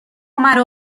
مرا